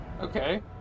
okay